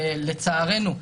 לצערנו,